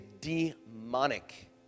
demonic